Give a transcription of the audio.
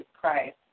Christ